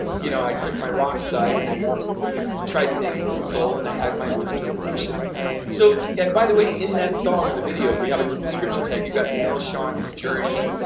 you know, i took my rock side and i tried to make it some soul and i had my own interpretation so, and by the way, in that song of the video, we have it at the description tag you got neil schon from journey,